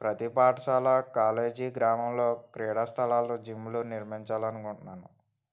ప్రతి పాఠశాల కాలేజీ గ్రామంలో క్రీడా స్థలాలు జిమ్లు నిర్మించాలి అనుకుంటున్నాను